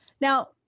Now